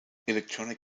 electronic